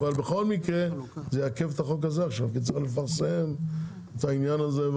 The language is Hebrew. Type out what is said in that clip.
אבל בכל מקרה זה יעכב את החוק הזה עכשיו כי צריך לפרסם את העניין הזה.